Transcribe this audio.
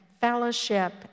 fellowship